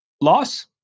loss